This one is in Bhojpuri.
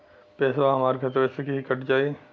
पेसावा हमरा खतवे से ही कट जाई?